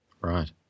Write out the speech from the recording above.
Right